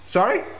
Sorry